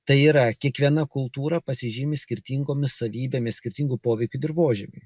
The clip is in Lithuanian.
tai yra kiekviena kultūra pasižymi skirtingomis savybėmis skirtingu poveikiu dirvožemiui